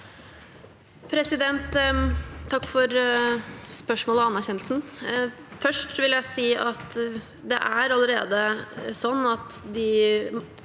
Takk for spørsmå- let og anerkjennelsen. Først vil jeg si at det allerede er sånn at de